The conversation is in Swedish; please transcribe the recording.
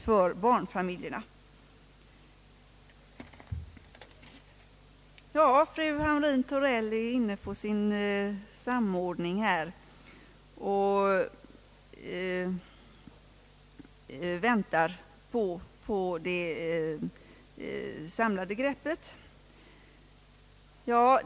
Fru Hamrin-Thorell är inne på på sin samordning och väntar på det samlade greppet.